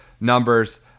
numbers